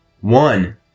One